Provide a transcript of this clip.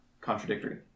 contradictory